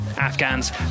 Afghans